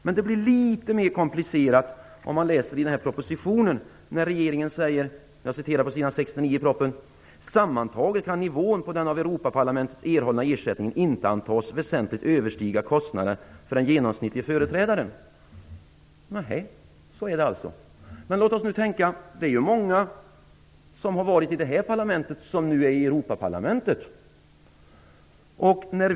Men det blir något mer komplicerat om man läser vad regeringen skriver på sid. 69 i propositionen: "Sammantaget kan nivån på den av Europaparlamentet erhållna ersättningen inte antas väsentligen överstiga kostnaderna för den genomsnittlige företrädaren." Så är det alltså. Men låt oss tänka. Det är ju många från detta parlament som nu är i Europaparlamentet.